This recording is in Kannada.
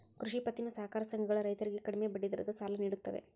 ಕೃಷಿ ಪತ್ತಿನ ಸಹಕಾರ ಸಂಘಗಳ ರೈತರಿಗೆ ಕಡಿಮೆ ಬಡ್ಡಿ ದರದ ಸಾಲ ನಿಡುತ್ತವೆ